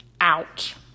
ouch